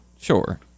Sure